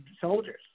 soldiers